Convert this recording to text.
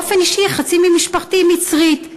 באופן אישי, חצי ממשפחתי מצרית.